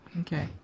Okay